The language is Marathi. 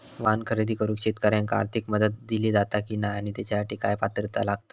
वाहन खरेदी करूक शेतकऱ्यांका आर्थिक मदत दिली जाता की नाय आणि त्यासाठी काय पात्रता लागता?